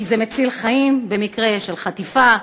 כי זה מציל חיים במקרה של חטיפה,